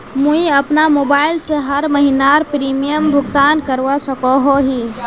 मुई अपना मोबाईल से हर महीनार प्रीमियम भुगतान करवा सकोहो ही?